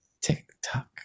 TikTok